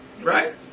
right